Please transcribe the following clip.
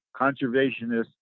conservationists